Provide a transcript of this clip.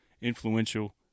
influential